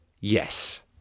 Yes